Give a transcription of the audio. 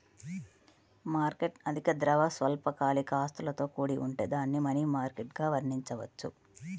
market అధిక ద్రవ, స్వల్పకాలిక ఆస్తులతో కూడి ఉంటే దానిని మనీ మార్కెట్గా వర్ణించవచ్చు